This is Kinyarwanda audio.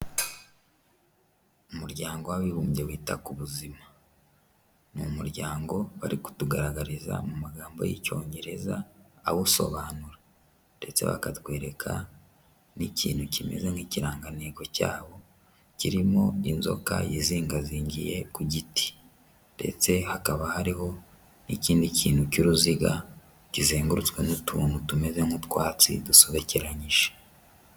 Umuryango w'abibumbye wita ku buzima. Ni umuryango bari kutugaragariza mu magambo y'icyongereza awusobanura ndetse bakatwereka n'ikintu kimeze nk'ikirangantego cyawo, kirimo inzoka yizingazingiye ku giti ndetse hakaba hariho n'ikindi kintu cy'uruziga kizengurutswe n'utuntu tumeze nk'utwatsi dusobekeranyije.